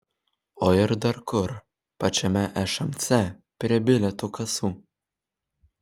o ir dar kur pačiame šmc prie bilietų kasų